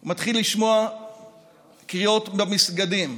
הוא מתחיל לשמוע קריאות במסגדים,